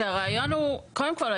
קודם כל,